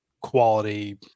quality